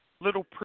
little